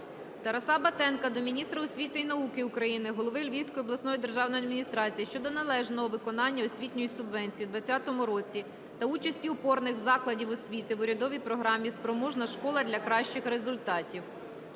Тараса Батенка до міністра освіти і науки України, Голови Львівської обласної державної адміністрації щодо належного використання освітньої субвенції у 2020 році та участі опорних закладів освіти в урядовій програмі "Спроможна школа для кращих результатів".